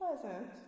pleasant